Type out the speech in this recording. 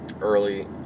early